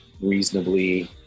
reasonably